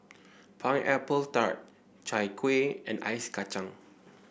Pineapple Tart Chai Kueh and Ice Kacang